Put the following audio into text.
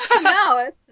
No